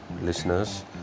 listeners